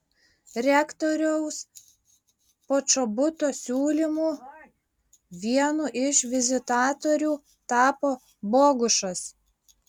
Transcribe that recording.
rektoriaus počobuto siūlymu vienu iš vizitatorių tapo bogušas